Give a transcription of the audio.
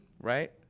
right